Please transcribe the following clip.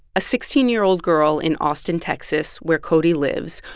a sixteen year old girl in austin, texas, where cody lives,